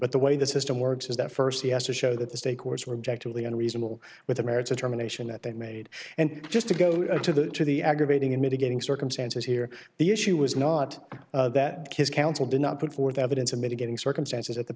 but the way the system works is that first yesterday show that the state courts were exactly unreasonable with the merits of germination that they made and just to go to the to the aggravating and mitigating circumstances here the issue was not that his counsel did not put forth evidence of mitigating circumstances at the